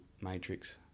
matrix